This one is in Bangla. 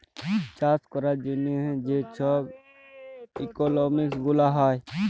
চাষ ক্যরার জ্যনহে যে ছব ইকলমিক্স গুলা হ্যয়